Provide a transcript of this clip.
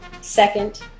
second